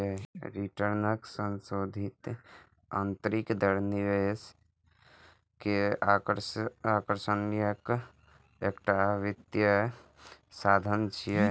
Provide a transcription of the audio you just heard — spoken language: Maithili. रिटर्नक संशोधित आंतरिक दर निवेश के आकर्षणक एकटा वित्तीय साधन छियै